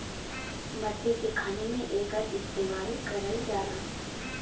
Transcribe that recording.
मट्टी के खने में एकर इस्तेमाल करल जाला